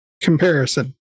comparison